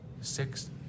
six